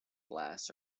glass